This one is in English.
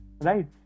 right